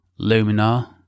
Luminar